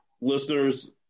listeners